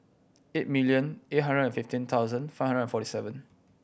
eight million eight hundred and fifteen thousand five hundred and forty seven